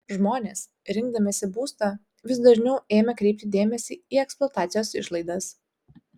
žmonės rinkdamiesi būstą vis dažniau ėmė kreipti dėmesį į eksploatacijos išlaidas